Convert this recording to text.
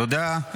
תודה.